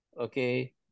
okay